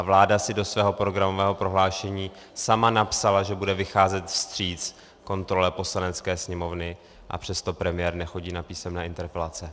Vláda si do svého programového prohlášení sama napsala, že bude vycházet vstříc kontrole Poslanecké sněmovny, a přesto premiér nechodí na písemné interpelace.